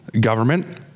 government